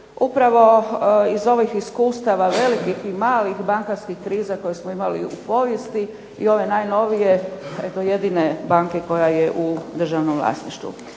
Upravo iz ovih iskustava velikih i malih bankarskih kriza koje smo imali u povijesti i ove najnovije, eto jedine banke koja je u državnom vlasništvu.